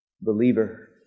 believer